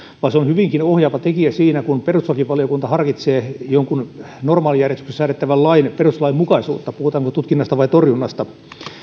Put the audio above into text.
vaan se on hyvinkin ohjaava tekijä kun perustuslakivaliokunta harkitsee jonkun normaalijärjestyksessä säädettävän lain perustuslainmukaisuutta että puhutaanko tutkinnasta vai torjunnasta